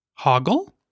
Hoggle